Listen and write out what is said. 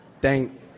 thank